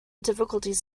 difficulties